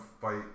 fight